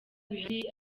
bihari